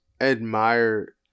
admire